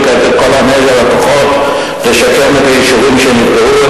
כעת את כל האנרגיה והכוחות לשקם את היישובים שנפגעו,